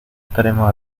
estaremos